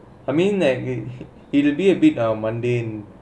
I mean like it it'll be a bit like mundane